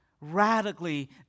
radically